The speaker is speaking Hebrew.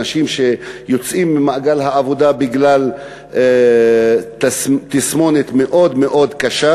אנשים שיוצאים ממעגל העבודה בגלל תסמונת מאוד מאוד קשה.